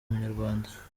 umunyarwanda